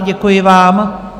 Děkuji vám.